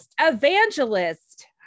Evangelist